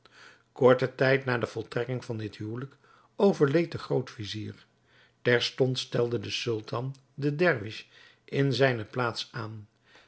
korten tijd na de voltrekking van dit huwelijk overleed de groot-vizier terstond stelde de sultan den dervis in zijne plaats aan